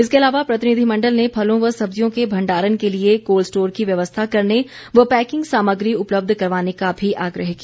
इसके अलावा प्रतिनिधिमंडल ने फलों व सब्जियों के भण्डारण के लिए कोल्ड स्टोर की व्यवस्था करने व पैकिंग सामग्री उपलब्ध करवाने का भी आग्रह किया